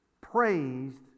praised